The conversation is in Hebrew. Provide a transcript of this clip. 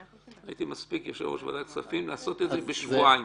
הייתי מספיק יושב-ראש ועדת כספים - לעשות את זה בשבועיים,